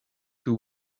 two